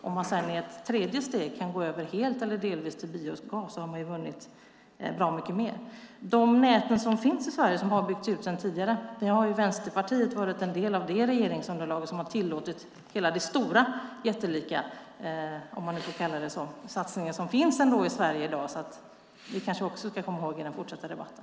Om man i ett tredje steg kan gå över helt eller delvis till biogas har man vunnit bra mycket mer. I Sverige finns det sedan tidigare ett nät som har byggts ut. Vänsterpartiet var ju en del av det regeringsunderlag som tillät den stora satsningen. Det kanske vi ska komma ihåg i den fortsatta debatten.